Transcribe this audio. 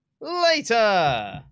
later